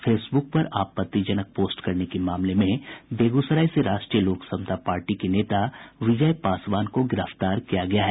Facebook पर आपत्तिजनक post करने के मामले में बेगूसराय से राष्ट्रीय लोक समता पार्टी के नेता विजय पासवान को गिरफ्तार किया गया है